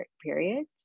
periods